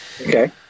Okay